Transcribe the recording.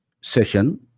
session